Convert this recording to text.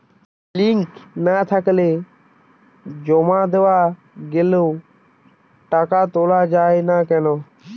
Link না থাকলে জমা দেওয়া গেলেও টাকা তোলা য়ায় না কেন?